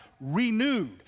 renewed